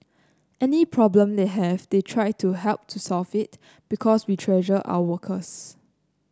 any problem they have they try to help to solve it because we treasure our workers